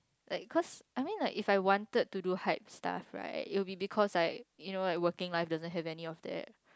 like cause I mean like if I wanted to do hype stuff right it will be because like you know like working life doesn't have any of that